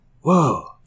whoa